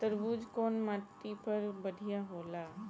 तरबूज कउन माटी पर बढ़ीया होला?